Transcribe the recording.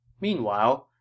Meanwhile